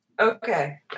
Okay